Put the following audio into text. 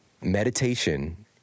meditation